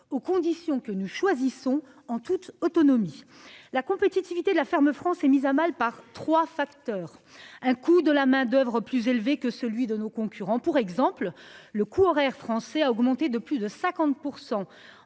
aux conditions que nous choisissons, en toute autonomie, la compétitivité de la ferme France est mise à mal par 3 facteurs. Un coût de la main-d'oeuvre plus élevé que celui de nos concurrents pour exemple le coût horaire français a augmenté de plus de 50%